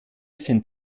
sind